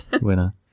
Winner